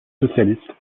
socialiste